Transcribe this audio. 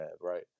right